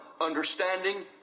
understanding